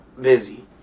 busy